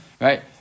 right